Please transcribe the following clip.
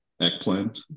eggplant